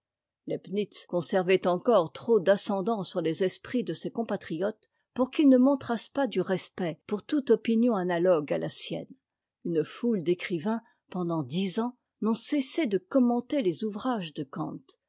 leibnitz conservait encore trop d'ascendant sur les esprits de ses compatriotes pour qu'ils ne montrassent pas du respect pour toute opinion analogue à ta sienne une foute d'écrivains pendant dix ans n'ont cessé de commenter les ouvrages de